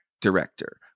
director